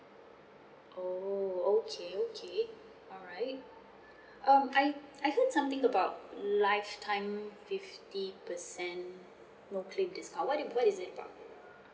oh okay okay alright um I I think something about lifetime fifty percent no claim discount what is what is it about